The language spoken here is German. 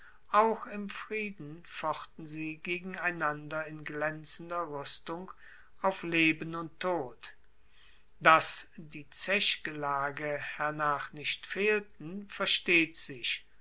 auch im frieden fochten sie gegeneinander in glaenzender ruestung auf leben und tod dass die zechgelage hernach nicht fehlten versteht sich